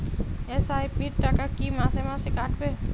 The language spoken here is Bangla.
এস.আই.পি র টাকা কী মাসে মাসে কাটবে?